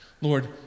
Lord